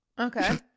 okay